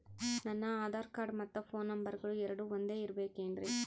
ನನ್ನ ಆಧಾರ್ ಕಾರ್ಡ್ ಮತ್ತ ಪೋನ್ ನಂಬರಗಳು ಎರಡು ಒಂದೆ ಇರಬೇಕಿನ್ರಿ?